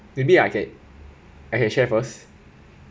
maybe I can I can share first